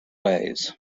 ways